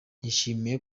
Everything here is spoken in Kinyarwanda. yishimiye